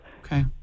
Okay